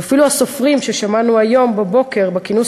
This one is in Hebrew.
ואפילו הסופרים ששמענו היום בבוקר בכינוס